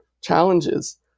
challenges